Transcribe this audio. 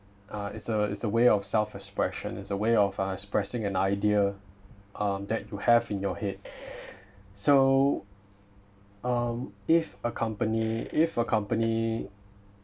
uh it's a it's a way of self expression it's a way of expressing an idea uh that you have in your head so um if a company if a company